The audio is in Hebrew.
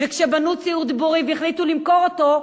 וכשבנו דיור ציבורי והחליטו למכור אותו,